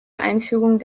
einführung